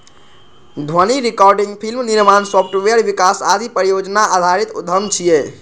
ध्वनि recording, film निर्माण, software विकास आदि परियोजना आधारित उद्यम छियै